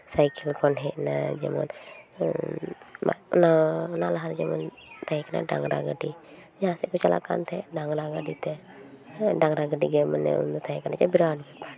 cycle ᱠᱷᱚᱱ ᱦᱮᱡ ᱮᱱᱟ ᱡᱮᱢᱚᱱ ᱚᱱᱟ ᱞᱟᱦᱟᱨᱮ ᱡᱮᱢᱚᱱ ᱛᱟᱦᱮᱸ ᱠᱟᱱᱟ ᱰᱟᱝᱨᱟ ᱜᱟᱹᱰᱤ ᱡᱟᱦᱟᱸ ᱥᱮᱜ ᱠᱚ ᱪᱟᱞᱟᱜ ᱠᱟᱱ ᱛᱟᱦᱮᱸᱜ ᱰᱟᱝᱨᱟ ᱜᱟᱹᱰᱤ ᱛᱮ ᱦᱮᱸ ᱰᱟᱝᱨᱟ ᱜᱟᱹᱰᱤᱜᱮ ᱢᱟᱱᱮ ᱩᱱᱫᱚ ᱛᱟᱦᱮᱸ ᱠᱟᱱᱟ ᱵᱤᱨᱟᱴ ᱵᱮᱯᱟᱨ